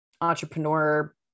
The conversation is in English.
entrepreneur